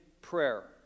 prayer